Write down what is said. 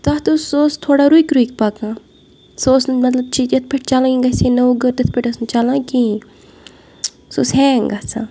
تَتھ ٲسۍ سُہ ٲسۍ تھوڑا رُکۍ رُکۍ پَکان سُہ ٲسۍ نہٕ مطلب یِتھۍ پٲٹھۍ چلٕنۍ گژھہِ نٔو گٔر تِتھ پٲٹھۍ أسۍ نہٕ چلٕنۍ کِہینۍ سۄ ٲسۍ ہینگ گژھان